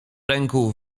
ręku